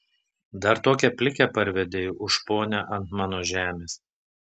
dar tokią plikę parvedei už ponią ant mano žemės